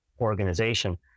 organization